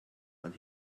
and